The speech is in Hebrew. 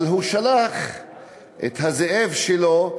אבל הוא שלח את הזאב שלו,